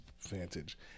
vantage